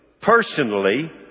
personally